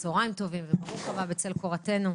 צוהריים טובים וברוך הבא בצל קורתנו.